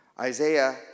Isaiah